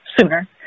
sooner